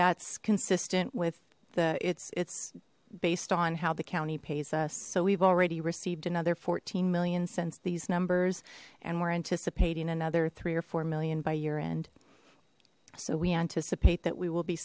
that's consistent with the it's it's based on how the county pays us so we've already received another fourteen million since these numbers and we're anticipating another three or four million by year end so we anticipate that we will be